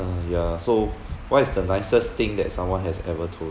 uh ya so what is the nicest thing that someone has ever told